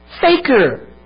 faker